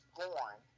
born